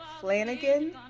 Flanagan